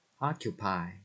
Occupy